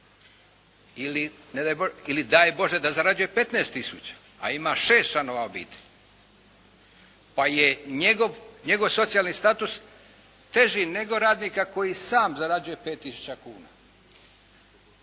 Ili daj Bože da zarađuje 15 tisuća, a ima šest članova obitelji, pa je njegov socijalni status teži nego radnika koji sam zarađuje 5 tisuća